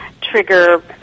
trigger